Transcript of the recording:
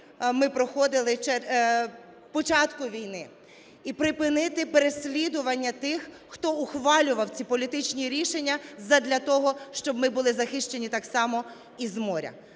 ми проходили початку війни. І припинити переслідування тих, хто ухвалював ці політичні рішення задля того, щоб ми були захищені так само і з моря.